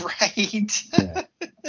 right